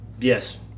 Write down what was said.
Yes